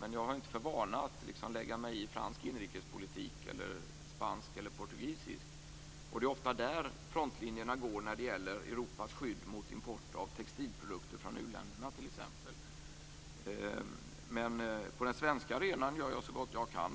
Men jag har inte för vana att lägga mig i fransk, spansk eller portugisisk inrikespolitik. Det är ofta där frontlinjerna går när det gäller Europas skydd mot import av t.ex. Men på den svenska arenan gör jag så gott jag kan,